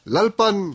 Lalpan